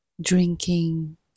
drinking